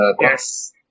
Yes